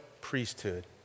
priesthood